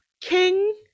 King